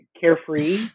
carefree